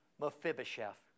Mephibosheth